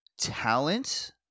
talent